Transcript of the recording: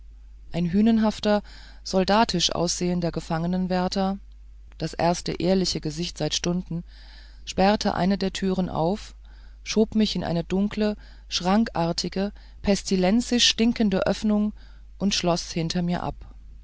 ein hünenhafter soldatisch aussehender gefangenwärter das erste ehrliche gesicht seit stunden sperrte eine der türen auf schob mich in eine dunkle schrankartige pestilenzialisch stinkende öffnung und schloß hinter mir ab